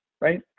Right